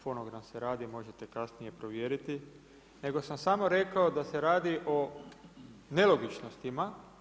Fonogram se radi, možete kasnije provjeriti nego sam samo rekao da se radi o nelogičnostima.